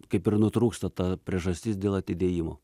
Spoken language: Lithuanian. kaip ir nutrūksta ta priežastis dėl atidėjimo